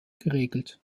geregelt